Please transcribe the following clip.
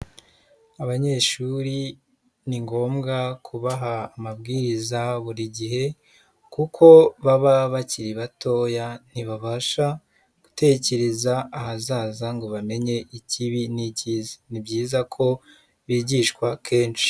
Abanyeshuri ni ngombwa kubaha amabwiriza buri gihe, kuko baba bakiri batoya ntibabasha gutekereza ahazaza ngo bamenye ikibi n'icyiza ni byiza ko bigishwa kenshi.